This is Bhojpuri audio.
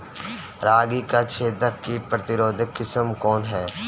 रागी क छेदक किट प्रतिरोधी किस्म कौन ह?